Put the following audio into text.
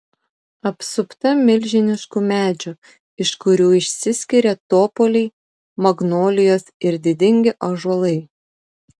apsupta milžiniškų medžių iš kurių išsiskiria topoliai magnolijos ir didingi ąžuolai